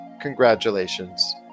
congratulations